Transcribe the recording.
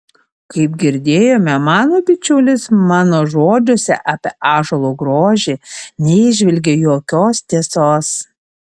kaip girdėjome mano bičiulis mano žodžiuose apie ąžuolo grožį neįžvelgė jokios tiesos